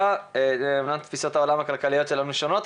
אמנם תפיסות העולם הכלכליות שלנו שונות,